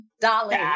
Dolly